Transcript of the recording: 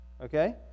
Okay